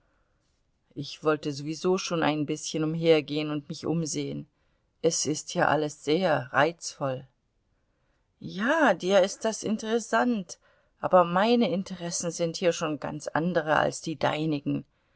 ich wollte sowieso schon ein bißchen umhergehen und mich umsehen es ist hier alles sehr reizvoll ja dir ist das interessant aber meine interessen sind hier schon ganz andere als die deinigen